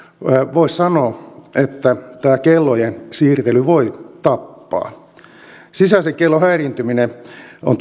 voisi sanoa että kellojen siirtely voi tappaa sisäisen kellon häiriintyminen on